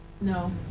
No